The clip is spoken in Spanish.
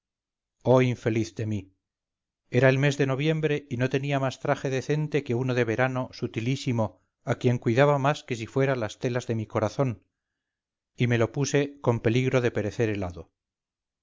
oh infeliz de mí era el mes de noviembre y no tenía más traje decente que uno de verano sutilísimo a quien cuidaba más que si fuera las telas de mi corazón y me lo puse con peligro de perecer helado